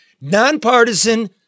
Nonpartisan